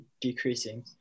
decreasing